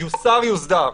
שיוסר יוסדר.